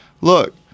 Look